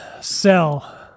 Sell